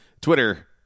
Twitter